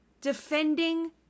defending